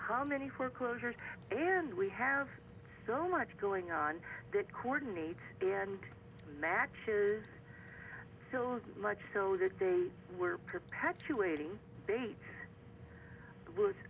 how many foreclosures and we have so much going on that coordinate matches much so that they were perpetuating bait